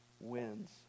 wins